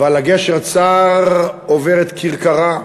ועל הגשר הצר עוברת כרכרה,